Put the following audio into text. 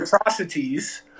atrocities